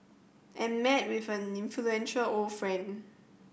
and met with an influential old friend